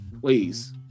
please